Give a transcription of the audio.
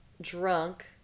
drunk